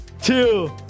two